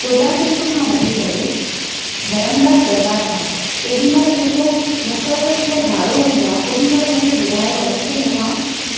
Kurla camp खां वठी करे धरमदास दरबार ताईं तेॾी महिल जेको मुकररु थियल भाड़ो हूंदो आहे ओॾी महिल मूंखे ॿुधायो वियो की मूंखा